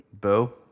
Bo